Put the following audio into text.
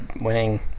winning